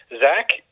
Zach